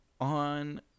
on